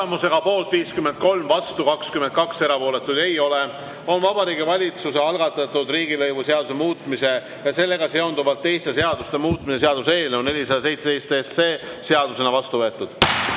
Tulemusega poolt 53, vastu 22, erapooletuid ei ole, on Vabariigi Valitsuse algatatud riigilõivuseaduse muutmise ja sellega seonduvalt teiste seaduste muutmise seaduse eelnõu 417 seadusena vastu võetud.